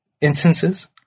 instances